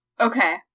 Okay